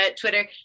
Twitter